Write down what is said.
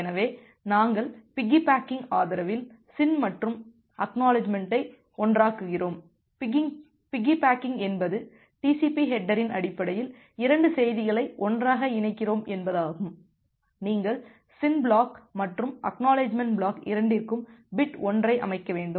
எனவே நாங்கள் பிக்கிபேக்கிங் ஆதரவில் SYN மற்றும் ACK ஒன்றாக்குகிறோம் பிக்கிபேக்கிங் என்பது TCP ஹேட்டரின் அடிப்படையில் 2 செய்திகளை ஒன்றாக இணைக்கிறோம் என்பதாகும் நீங்கள் SYN பிளாக் மற்றும் ACK பிளாக் இரண்டிற்கும் பிட் 1 ஐ அமைக்க வேண்டும்